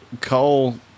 Cole